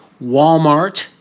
Walmart